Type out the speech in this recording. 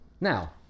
now